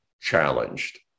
challenged